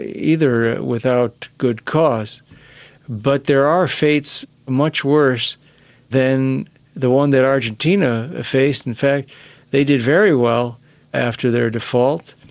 either, without good cause but there are fates much worse than the one that argentina faced. in fact they did very well after their default,